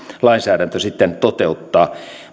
lainsäädäntö toteuttaa